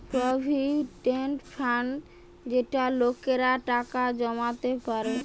provident fund যেটাতে লোকেরা টাকা জমাতে পারে